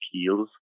skills